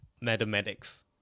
mathematics